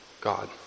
God